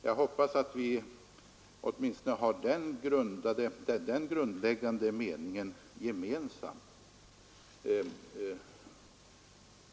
Jag hoppas att vi åtminstone har den grundläggande meningen gemensam.